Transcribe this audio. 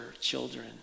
children